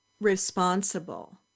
responsible